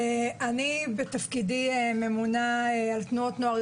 אני בתפקידי ממונה על תנועות נוער,